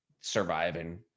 surviving